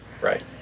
Right